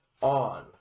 on